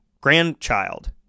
grandchild